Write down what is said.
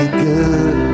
good